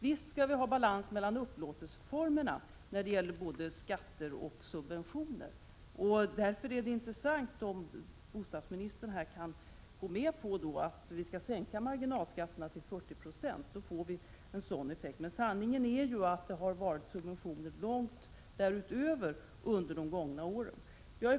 Visst skall det vara balans mellan upplåtelseformerna när det gäller både skatter och subventioner. Därför är det intressant att få veta om bostadsministern kan gå med på en sänkning av marginalskatterna till 40 96, vilket ger en sådan effekt. Sanningen är ju att det har lämnats subventioner långt därutöver under de gångna åren.